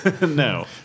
No